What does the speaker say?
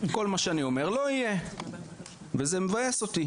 כל מה שאני אומר לא יהיה, וזה מבאס אותי.